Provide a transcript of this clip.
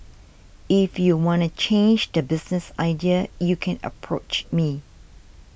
if you wanna change the business idea U can approach me